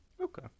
okay